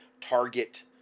target